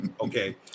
Okay